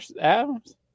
Adams